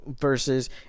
versus